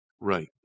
Right